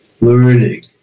learning